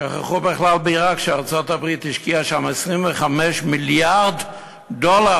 שכחו בכלל שארצות-הברית השקיעה שם 25 מיליארד דולר,